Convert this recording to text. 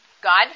God